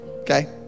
okay